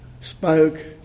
spoke